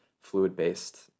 fluid-based